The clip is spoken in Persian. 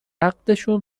عقدشون